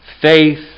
faith